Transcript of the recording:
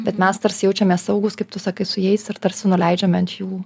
bet mes tarsi jaučiamės saugūs kaip tu sakai su jais ir tarsi nuleidžiame ant jų